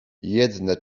jedne